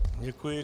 Děkuji.